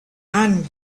and